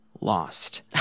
lost